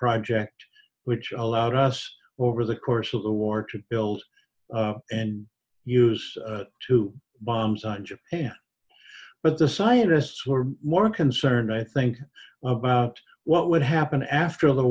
project which allowed us over the course of the war to pills and use two bombs on japan but the scientists were more concerned i think about what would happen after the